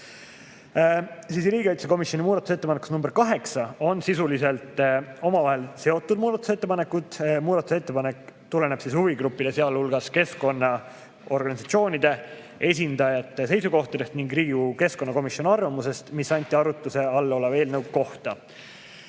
Riigikaitsekomisjoni muudatusettepanekus nr 8 on koos sisuliselt omavahel seotud muudatusettepanekud. Muudatusettepanek tuleneb huvigruppide, sealhulgas keskkonnaorganisatsioonide esindajate seisukohtadest ning Riigikogu keskkonnakomisjoni arvamusest, mis anti arutluse all oleva eelnõu kohta.